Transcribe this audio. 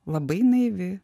labai naivi